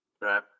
Right